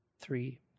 three